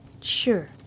sure